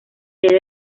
sede